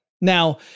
Now